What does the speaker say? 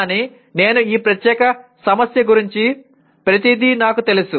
కానీ నేను ఈ ప్రత్యేక సమస్య గురించి ప్రతిదీ నాకు తెలుసు